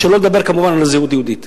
שלא לדבר כמובן על זהות יהודית.